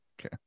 Okay